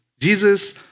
Jesus